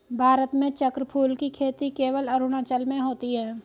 भारत में चक्रफूल की खेती केवल अरुणाचल में होती है